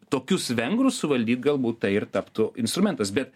tokius vengrus suvaldyt galbūt tai ir taptų instrumentas bet